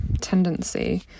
tendency